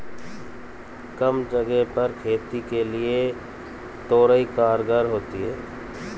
कम जगह पर खेती के लिए तोरई कारगर होती है